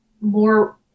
more